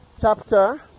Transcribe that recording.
chapter